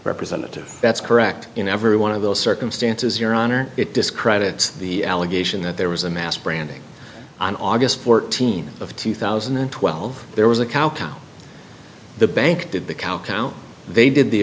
representative that's correct in every one of those circumstances your honor it discredits the allegation that there was a mass branding on august fourteenth of two thousand and twelve there was cow a cow the bank did the countdown they did the